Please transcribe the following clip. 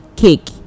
Cake